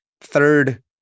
third